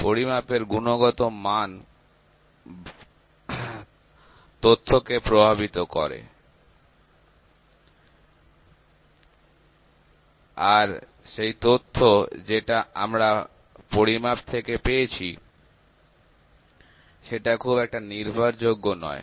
পরিমাপের গুণগত মান তথ্য কে প্রভাবিত করে আর তথ্য যেটা আমরা পরিমাপ থেকে পেয়েছি সেটা খুব একটা নির্ভরযোগ্য নয়